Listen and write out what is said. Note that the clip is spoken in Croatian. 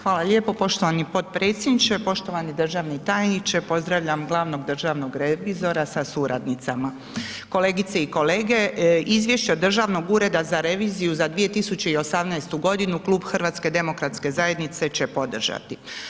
Hvala lijepa poštovani podpredsjedniče, poštovani državni tajniče, pozdravljam glavnog državnog revizora sa suradnicama, kolegice i kolege, Izvješća Državnog ureda za reviziju za 2018. godinu Klub HDZ-a će podržati.